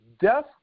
death